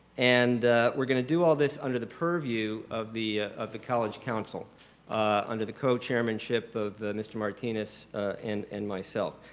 and we're gonna do all this under the purview of the of the college counsel under the co-chairmanship of mr. martinez and and myself.